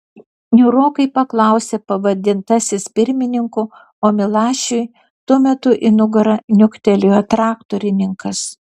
niūrokai paklausė pavadintasis pirmininku o milašiui tuo metu į nugarą niuktelėjo traktorininkas